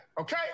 Okay